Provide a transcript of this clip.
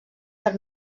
per